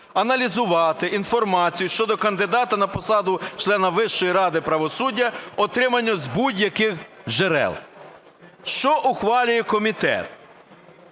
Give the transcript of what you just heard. аналізувати інформацію щодо кандидата на посаду члена Вищої ради правосуддя, отриманої з будь-яких джерел. Що ухвалює комітет.